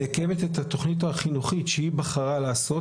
מקיימת את התוכנית החינוכית שהיא בחרה לעשות.